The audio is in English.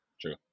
true